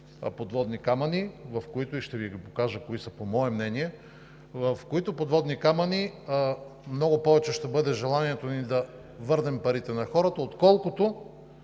подводни камъни, и ще Ви покажа кои са, по мое мнение, в които подводни камъни много повече ще бъде желанието ни да върнем парите на хората, отколкото